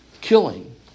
killing